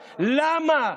למה?